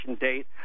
date